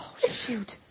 shoot